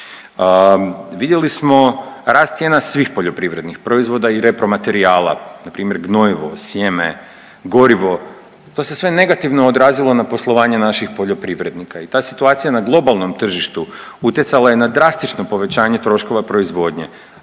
Vidjeli smo, rast cijena svih poljoprivrednih proizvoda i repromaterijala. Npr. gnojivo, sjeme, gorivo, to se sve negativno odrazilo na poslovanje naših poljoprivrednika i ta situacija na globalnom tržištu utjecala je na drastično povećanje troškova proizvodnje,